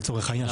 לצורך העניין,